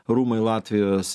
rūmai latvijos